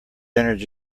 energy